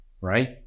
right